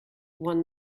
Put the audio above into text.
one